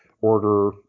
order